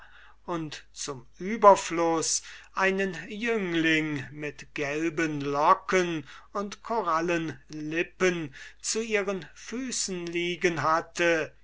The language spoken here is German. und zum überfluß einen jüngling mit gelben locken und korallenlippen zu ihren füßen liegen hatte